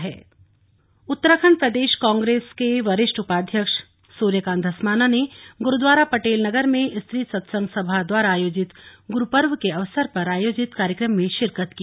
गुरू पर्व उत्तराखंड प्रदेश कांग्रेस के वरिष्ठ उपाध्यक्ष सूर्यकांत धस्माना ने गुरुद्वारा पटेलनगर में स्त्री सत्संग सभा द्वारा आयोजित गुरु पर्व के अवसर पर आयोजित कार्यक्रम में शिरकत की